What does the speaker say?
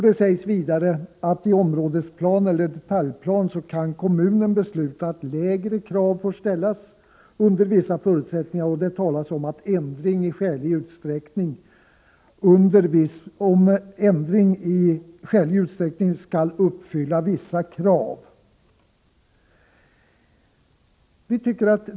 Det sägs vidare att kommunen kan besluta att det i områdesplan eller detaljplan, under vissa förutsättningar, får ställas lägre krav. Det talas om att ändring i skälig utsträckning skall uppfylla vissa krav.